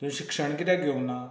तुवेंन शिक्षण कित्याक घेवंक ना